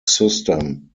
system